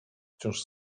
wciąż